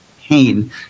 pain